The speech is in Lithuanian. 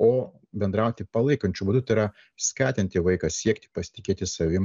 o bendrauti palaikančiu būdu tai yra skatinti vaiką siekti pasitikėti savim